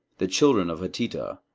the children of hatita,